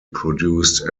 produced